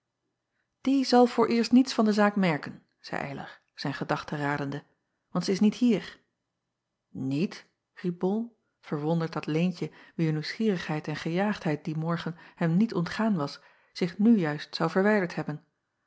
ie zal vooreerst niets van de zaak merken zeî ylar zijn gedachten radende want zij is niet hier iet riep ol verwonderd dat eentje wier nieuwsgierigheid en gejaagdheid dien morgen hem niet ontgaan was zich nu juist zou verwijderd hebben